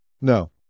No